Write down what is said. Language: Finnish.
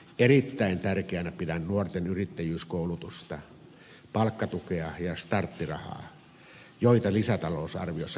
erittäin tärkeänä pidän nuorten yrittäjyyskoulutusta palkkatukea ja starttirahaa joita lisätalousarviossa kasvatetaan